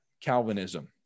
calvinism